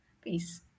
Peace